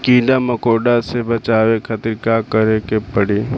कीड़ा मकोड़ा से बचावे खातिर का करे के पड़ी?